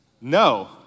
No